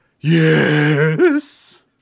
yes